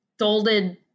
dolded